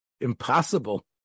impossible